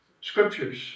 scriptures